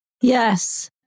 Yes